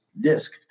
disc